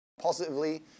Positively